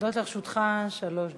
עומדות לרשותך שלוש דקות.